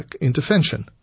intervention